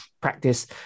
practice